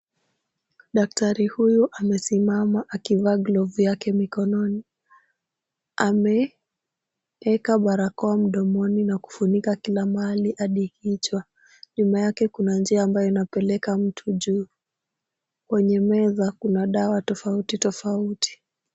Daktari huyu amesimama akivaa glovu yake mikononi. Ameweka barakoa mdomoni na kufunika kila mahali hadi kichwa. Nyuma yake kuna njia ambayo inapeleka mtu juu. Kwenye meza kuna dawa tofauti tofauti.